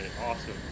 Awesome